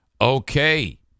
Okay